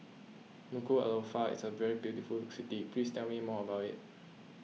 Nuku'alofa is a very beautiful city please tell me more about it